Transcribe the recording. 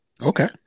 Okay